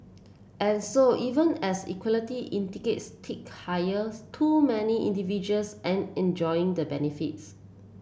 and so even as equity indices tick higher too many individuals and enjoying the benefits